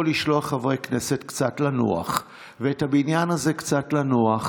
לשלוח חברי כנסת קצת לנוח ולתת לבניין הזה קצת לנוח,